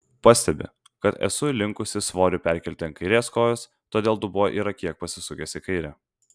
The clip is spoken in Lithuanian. pastebi kad esu linkusi svorį perkelti ant kairės kojos todėl dubuo yra kiek pasisukęs į kairę